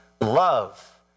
love